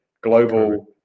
global